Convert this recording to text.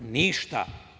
Ništa.